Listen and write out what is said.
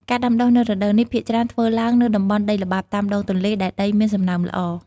ការដាំដុះនៅរដូវនេះភាគច្រើនធ្វើឡើងនៅតំបន់ដីល្បាប់តាមដងទន្លេ ដែលដីមានសំណើមល្អ។